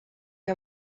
are